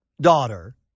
daughter